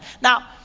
Now